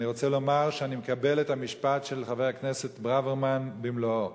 אני רוצה לומר שאני מקבל את המשפט של חבר הכנסת ברוורמן במלואו: